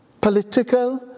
political